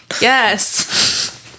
yes